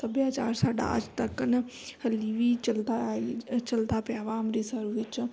ਸੱਭਿਆਚਾਰ ਸਾਡਾ ਅੱਜ ਤੱਕ ਹਲੀ ਵੀ ਚੱਲਦਾ ਆਈ ਚੱਲਦਾ ਪਿਆ ਵਾ ਅੰਮ੍ਰਿਤਸਰ ਵਿੱਚ